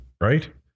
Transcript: right